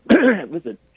Listen